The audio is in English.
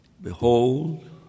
behold